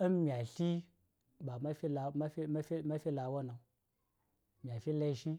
﻿in mya sla, ba ma̱ fi lama̱ fi-ma̱ fi-ma̱ fi la wonaŋ. Mya fi la ishi,